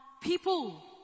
people